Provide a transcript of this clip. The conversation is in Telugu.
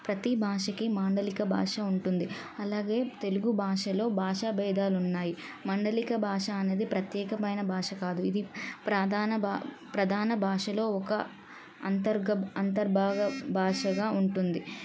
ప్రతీ భాషకి మాండలిక భాష ఉంటుంది అలాగే తెలుగు భాషలో భాషా భేదాలు ఉన్నాయి మాండలిక భాష అనేది ప్రత్యేకమైన భాష కాదు ఇది ప్రధాన ప్రధాన భాషలో ఒక అంతర్గ అంతర్భాగ భాషగా ఉంటుంది